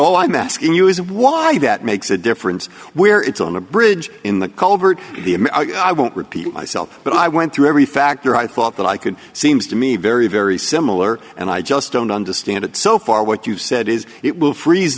all i'm asking you is why that makes a difference where it's on a bridge in the culvert i won't repeat myself but i went through every factor i thought that i could seems to me very very similar and i just don't understand it so far what you've said is it will freez